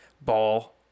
ball